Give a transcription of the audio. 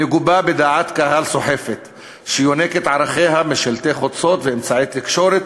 כשהוא מגובה בדעת קהל סוחפת שיונקת את ערכיה משלטי חוצות ואמצעי תקשורת.